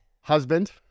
husband